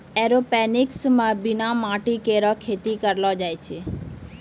aeroponics म बिना माटी केरो खेती करलो जाय छै